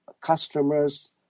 customer's